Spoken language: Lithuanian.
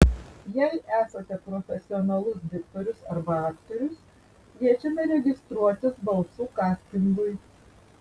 jei esate profesionalus diktorius arba aktorius kviečiame registruotis balsų kastingui